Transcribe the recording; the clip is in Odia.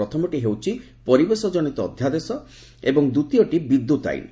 ପ୍ରଥମଟି ହେଉଛି ପରିବେଶଜନିତ ଅଧ୍ୟାଦେଶ ଏବଂ ଦ୍ୱିତୀୟଟି ବିଦ୍ୟୁତ୍ ଆଇନ